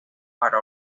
para